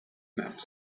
mapped